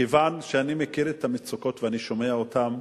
כיוון שאני מכיר את המצוקות ואני שומע אותן,